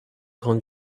grande